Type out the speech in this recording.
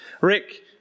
Rick